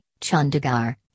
Chandigarh